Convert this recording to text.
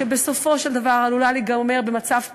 שבסופו של דבר עלולה להיגמר במצב טרגי,